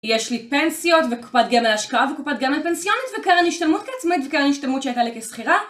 יש לי פנסיות וקופת גמל להשקעה וקופת גמל פנסיונות וקרן השתלמות כעצמאית וקרן השתלמות שהייתה לי כשכירה